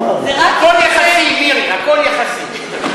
הכול יחסי, מירי, הכול יחסי.